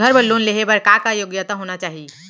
घर बर लोन लेहे बर का का योग्यता होना चाही?